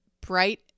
Bright